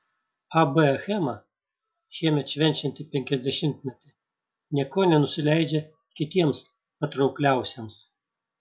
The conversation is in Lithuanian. ab achema šiemet švenčianti penkiasdešimtmetį niekuo nenusileidžia kitiems patraukliausiems